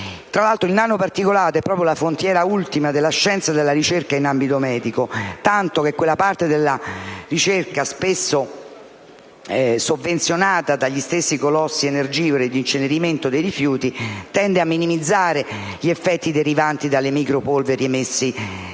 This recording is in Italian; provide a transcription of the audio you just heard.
Il nanoparticolato è la frontiera ultima della ricerca e della scienza in ambito medico, tanto che quella parte della ricerca spesso sovvenzionata dagli stessi colossi energivori dell'incenerimento dei rifiuti tende a minimizzare gli effetti derivanti dalle micropolveri emesse dalla